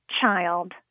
child